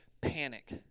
panic